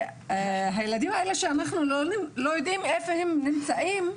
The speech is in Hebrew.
והילדים האלה שאנחנו לא יודעים איפה הם נמצאים,